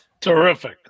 Terrific